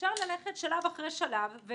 אפשר ללכת שלב אחר שלב.